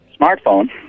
smartphone